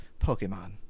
Pokemon